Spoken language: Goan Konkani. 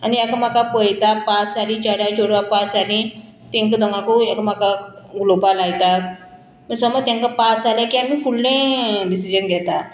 आनी एकामेका पयता पास जाली चेड्या चेडवां पास जालीं तेंका दोंगाकूय एकामेकाक उलोवपा लायता समज तेंका पास जालें की आमी फुडलें डिसिजन घेता